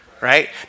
Right